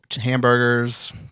hamburgers